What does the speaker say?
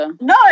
No